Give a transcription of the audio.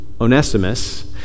Onesimus